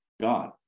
God